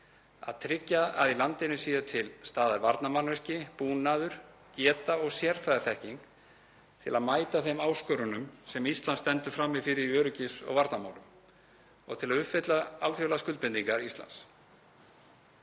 „Að tryggja að í landinu séu til staðar varnarmannvirki, búnaður, geta og sérfræðiþekking til að mæta þeim áskorunum sem Ísland stendur frammi fyrir í öryggis- og varnarmálum og til að uppfylla alþjóðlegar skuldbindingar Íslands.“